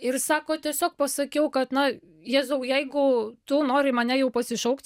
ir sako tiesiog pasakiau kad na jėzau jeigu tu nori mane jau pasišaukt